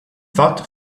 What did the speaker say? thought